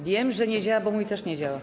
Wiem, że nie działa, bo mój też nie działa.